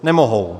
Nemohou.